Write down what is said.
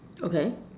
okay